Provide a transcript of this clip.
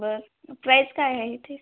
बरं प्राईज काय आहे इथे